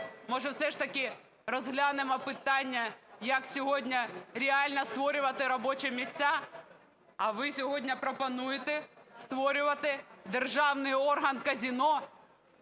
Може, все ж таки розглянемо питання, як сьогодні реально створювати робочі місця? А ви сьогодні пропонуєте створювати державний орган казино